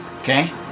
Okay